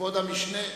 כבוד המשנה,